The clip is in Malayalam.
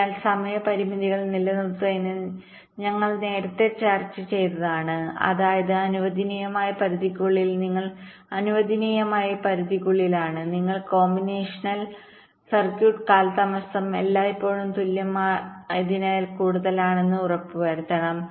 അതിനാൽ സമയ പരിമിതികൾ നിലനിർത്തുന്നതിന് ഞങ്ങൾ നേരത്തെ ചർച്ച ചെയ്തതാണ് അതായത് അനുവദനീയമായ പരിധിക്കുള്ളിൽ നിങ്ങൾ അനുവദനീയമായ പരിധിക്കുള്ളിലാണ് നിങ്ങളുടെ കോമ്പിനേഷണൽ സർക്യൂട്ട് കാലതാമസം എല്ലായ്പ്പോഴും തുല്യമായതിനേക്കാൾ കൂടുതലാണെന്ന് ഉറപ്പുവരുത്തണം